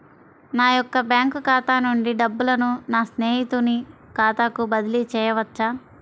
నా యొక్క బ్యాంకు ఖాతా నుండి డబ్బులను నా స్నేహితుని ఖాతాకు బదిలీ చేయవచ్చా?